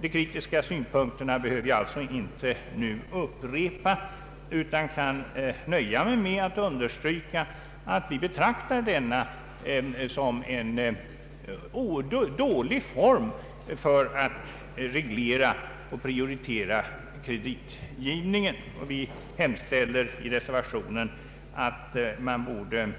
De kritiska synpunkterna behöver jag inte upprepa utan kan nöja mig med att understryka att vi betraktar denna kontroll som en dålig form för att reglera och prioritera kreditgivningen. I reservationen hemställer vi att man ser